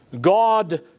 God